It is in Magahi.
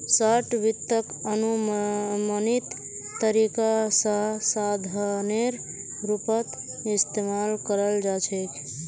शार्ट वित्तक अनुमानित तरीका स साधनेर रूपत इस्तमाल कराल जा छेक